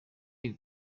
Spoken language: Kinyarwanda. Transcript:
iri